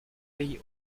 pays